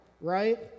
right